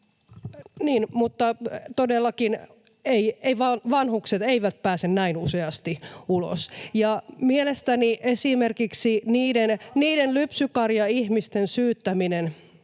mutta todellakaan vanhukset eivät pääse näin useasti ulos. Mielestäni esimerkiksi niiden lypsykarjaihmisten syyttäminen,